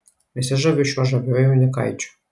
nesižaviu šiuo žaviuoju jaunikaičiu